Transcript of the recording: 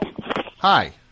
Hi